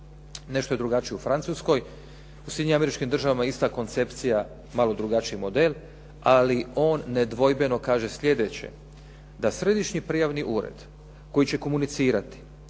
Nešto je drugačije u Francuskoj. U Sjedinjenim Američkim Državama ista koncepcija, malo drugačiji model ali on nedvojbeno kaže sljedeće, da Središnji prijavni ured koji će komunicirati